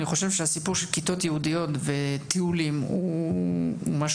אני חושב שהסיפור של כיתות ייעודיות וטיולים הוא משהו,